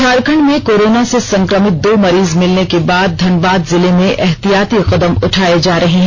झारखंड में कोरोना से संक्रमित दो मरीज मिलने के बाद धनबाद जिले में एहतियाती कदम उठाये जा रहे हैं